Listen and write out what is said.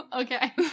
okay